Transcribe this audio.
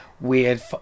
weird